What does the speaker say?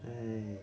and